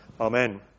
Amen